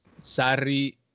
Sarri